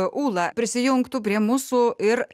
ūla prisijungtų prie mūsų ir